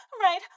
right